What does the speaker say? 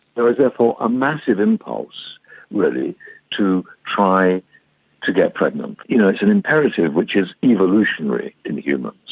there is, therefore, a massive impulse really to try to get pregnant. you know it's an imperative which is evolutionary in humans.